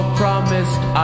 promised